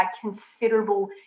considerable